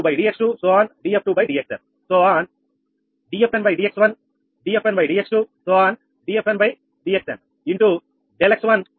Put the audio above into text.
∆𝑥n వరకు అవునా ఇది సమీకరణం 46